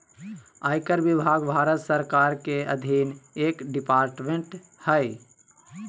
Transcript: आयकर विभाग भारत सरकार के अधीन एक डिपार्टमेंट हय